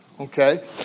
okay